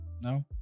No